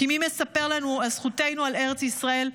כי מספר לנו על זכותנו על ארץ ישראל?